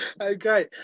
okay